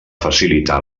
facilitar